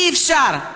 אי-אפשר.